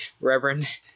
Reverend